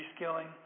reskilling